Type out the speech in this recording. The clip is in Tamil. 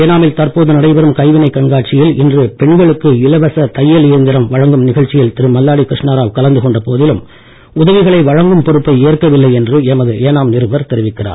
ஏனாமில் தற்போது நடைபெறும் கைவினைக் கண்காட்சியில் இன்று பெண்களுக்கு இலவச தையல் மெஷின் வழங்கும் நிகழ்ச்சியில் திரு மல்லாடி கிருஷ்ணராவ் கலந்து கொண்ட போதிலும் உதவிகளை வழங்கும் பொறுப்பை ஏற்கவில்லை என்று எமது ஏனாம் நிருபர் தெரிவிக்கிறார்